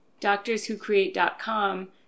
doctorswhocreate.com